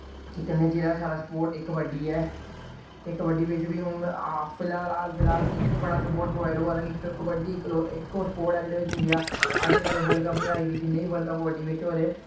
ते कन्नै जेह्ड़ा साढ़ा स्पोर्ट एह् कबड्डी ऐ ते कबड्डी बिच हुन हाल फिलहाल हाल च बड़ा सप्पोर्ट प्रोवाइड होआ दा कि कबड्डी इक्को इक्क स्पोर्ट ऐ जेह्दे बिच इंडिया अजें तक कदें वर्ल्ड कप नि हारी दी जिन्ने बी वर्ल्ड कप कबड्डी बिच होए दे